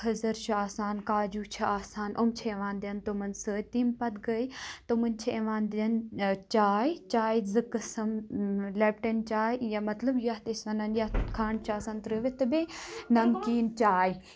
کھٔضر چھ آسان کاجوٗ چھِ آسان یِم چھِ یِوان دِنہٕ تِمَن سۭتۍ تمہِ پَتہٕ گٔے تِمَن چھِ یِوان دِنہٕ چاے چاے زٕ قٕسٕم لیٚپٹَن چاے یا مطلب یَتھ أسۍ وَنان یَتھ کھَنٛڈ چھِ آسان ترٛٲوِتھ تہٕ بیٚیہِ نَمکیٖن چاے